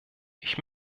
ich